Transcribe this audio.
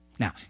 Now